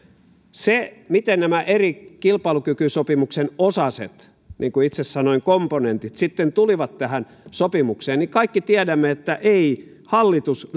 miten nämä kilpailukykysopimuksen eri osaset niin kuin itse sanoin komponentit sitten tulivat tähän sopimukseen kaikki tiedämme että ei hallitus